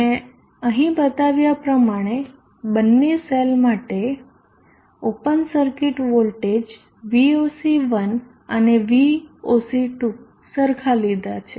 મે અહીં બતાવ્યા પ્રમાણે બંને સેલ માટે ઓપન સર્કિટ વોલ્ટેજ VOC1 અને VOC2 સરખા લીધા છે